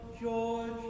George